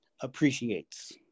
appreciates